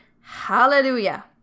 Hallelujah